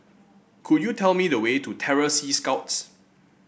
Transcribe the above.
could you tell me the way to Terror Sea Scouts